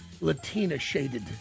Latina-shaded